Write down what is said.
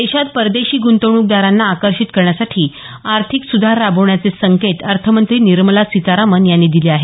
देशात परदेशी गुंतवणुकदारांना आकर्षित करण्यासाठी आर्थिक सुधार रावबण्याचे संकेत अर्थमंत्री निर्मला सीतारामन यांनी दिले आहेत